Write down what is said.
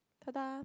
ta dah